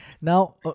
Now